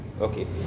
Okay